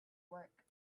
work